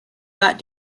got